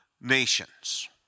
nations